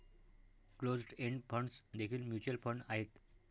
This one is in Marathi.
क्लोज्ड एंड फंड्स देखील म्युच्युअल फंड आहेत